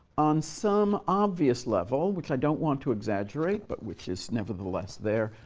on some obvious level, which i don't want to exaggerate but which is nevertheless there,